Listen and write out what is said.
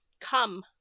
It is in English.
Come